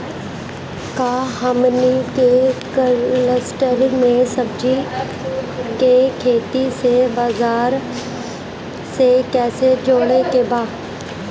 का हमनी के कलस्टर में सब्जी के खेती से बाजार से कैसे जोड़ें के बा?